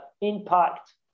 impact